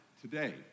today